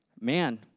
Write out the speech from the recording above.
man